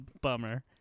bummer